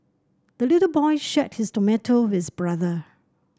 the little boy shared his tomato with brother